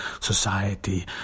society